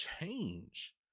change